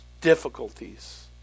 difficulties